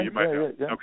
Okay